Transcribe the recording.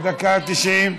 בדקה ה-90.